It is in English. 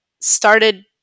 started